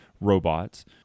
robots